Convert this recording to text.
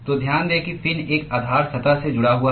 तो ध्यान दें कि फिन एक आधार सतह से जुड़ा हुआ है